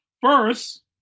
First